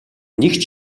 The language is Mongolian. нэг